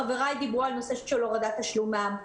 חבריי דיברו על הנושא של הורדת תשלום מע"מ.